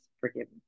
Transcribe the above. forgiveness